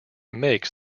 makes